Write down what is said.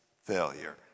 failure